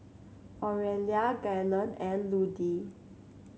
Orelia Gaylon and Ludie